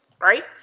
right